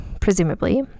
presumably